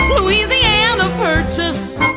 louisiana versus